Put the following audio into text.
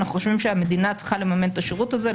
אנחנו חושבים שהמדינה צריכה לממן את השירות הזה,